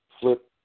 flip